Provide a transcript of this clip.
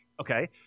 Okay